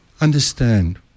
understand